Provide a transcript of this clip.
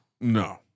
No